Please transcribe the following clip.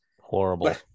horrible